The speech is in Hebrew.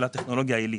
של הטכנולוגיה העילית.